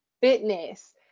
fitness